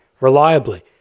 reliably